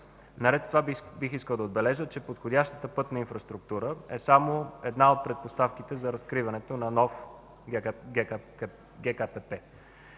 Наред с това бих искал да отбележа, че подходящата пътна инфраструктура е само една от предпоставките за разкриването на нов ГКПП.